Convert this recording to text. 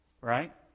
right